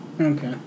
okay